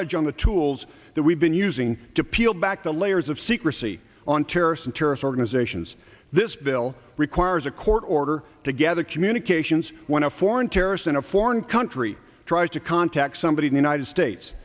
edge on the tools that we've been using to peel back the layers of secrecy on terrorists and terrorist organizations this bill requires a court order together communications when a foreign terrorist in a foreign country tries to contact somebody in the united states